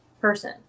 person